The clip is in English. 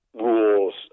rules